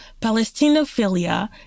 palestinophilia